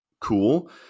Cool